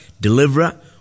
deliverer